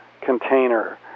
container